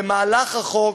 במהלך הכנת החוק